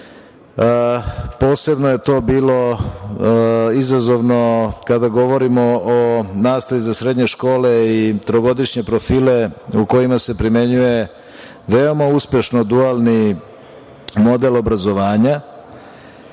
sistem. Posebno je to bilo izazovno kada govorimo o nastavi za srednje škole i trogodišnje profile u kojima se primenjuje veoma uspešno dualni model obrazovanja,